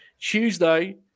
Tuesday